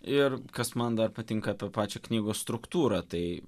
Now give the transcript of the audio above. ir kas man dar patinka apie pačią knygos struktūrą tai